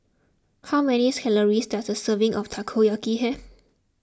how many calories does a serving of Takoyaki have